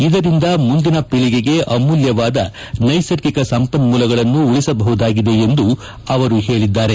ಇದರಿಂದ ಮುಂದಿನ ಪೀಳಿಗೆಗೆ ಅಮೂಲ್ಯವಾದ ನೈಸರ್ಗಿಕ ಸಂಪನ್ಮೂಲಗಳನ್ನು ಉಳಿಸಬಹುದಾಗಿದೆ ಎಂದು ಅವರು ಹೇಳಿದ್ದಾರೆ